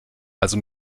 also